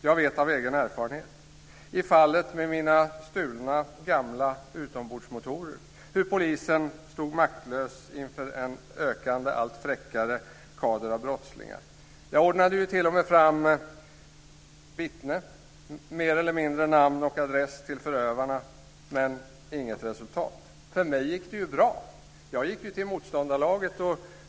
Jag vet detta av egen erfarenhet Det gäller fallet med min stulna gamla utombordsmotorer. Jag vet hur polisen stod maktlös inför en ökande, allt fräckare kader av brottslingar. Jag ordnade ju t.o.m. fram vittne och mer eller mindre namn och adress på förövarna, men till inget resultat. För mig gick det bra. Jag gick till motståndarlaget.